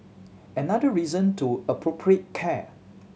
another reason to appropriate care